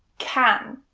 can.